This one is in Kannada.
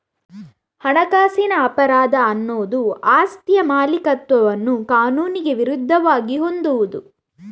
ಹಣಕಾಸಿನ ಅಪರಾಧ ಅನ್ನುದು ಆಸ್ತಿಯ ಮಾಲೀಕತ್ವವನ್ನ ಕಾನೂನಿಗೆ ವಿರುದ್ಧವಾಗಿ ಹೊಂದುವುದು